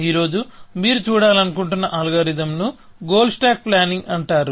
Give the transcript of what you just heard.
ఈ రోజు మీరు చూడాలనుకుంటున్న అల్గోరిథం ను గోల్ స్టాక్ ప్లానింగ్ అంటారు